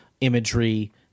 imagery